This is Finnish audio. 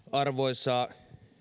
arvoisa